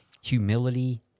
humility